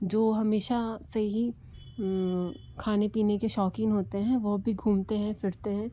जो हमेशा से ही खाने पीने के शौक़ीन होते हैं वो भी घूमते हैं फिरते हैं